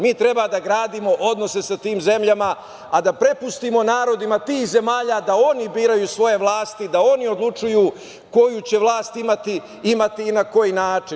Mi treba da gradimo odnose sa tim zemljama, a da prepustimo narodima tih zemalja da oni biraju svoje vlasti, da oni odlučuju koju će vlast imati i na koji način.